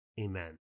Amen